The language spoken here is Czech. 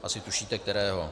Asi tušíte kterého.